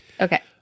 Okay